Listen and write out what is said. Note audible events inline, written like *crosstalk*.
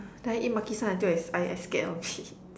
then I eat Makisan until I I scared of it *laughs*